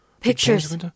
Pictures